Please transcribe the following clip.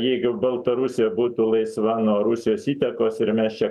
jeigu baltarusija būtų laisva nuo rusijos įtakos ir mes čia